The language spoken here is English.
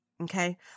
Okay